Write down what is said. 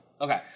Okay